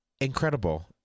Incredible